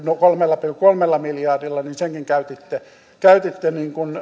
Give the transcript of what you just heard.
kolmella miljardilla niin senkin käytitte käytitte